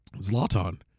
Zlatan